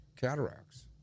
cataracts